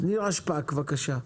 נירה שפק, בבקשה.